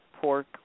pork